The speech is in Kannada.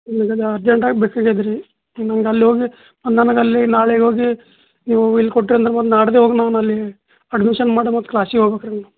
ನಮ್ಗೆ ಅರ್ಜೆಂಟಾಗಿ ಬೇಕಾಗ್ಯದೆ ರೀ ನಂಗೆ ಅಲ್ಲಿ ಹೋಗಿ ನನಗೆ ಅಲ್ಲಿ ನಾಳೆ ಹೋಗಿ ನೀವು ಇಲ್ಲಿ ಕೊಟ್ಟಿರಿ ಅಂದ್ರೆ ಮತ್ತೆ ನಾಡಿದ್ದೆ ಹೋಗಿ ನಾವ್ನು ಅಲ್ಲಿ ಅಡ್ಮಿಶನ್ ಮಾಡ್ಬೇಕು ಕ್ಲಾಸಿಗೆ ಹೋಗ್ಬೇಕು ರೀ ಮೇಡಮ್